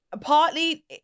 Partly